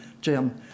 Jim